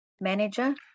manager